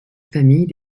famille